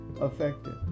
affected